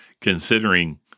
considering